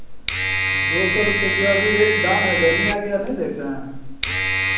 दो सौ रुपये की अभी रेट डाउन है गर्मी आ गया नहीं देख रहे हैं